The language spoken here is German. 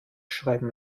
schreiben